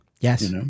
Yes